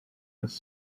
this